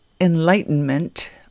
enlightenment